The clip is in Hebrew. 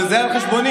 וזה על חשבוני.